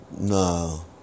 No